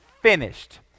finished